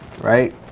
right